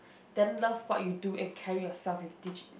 then love what you do and carry yourself and teach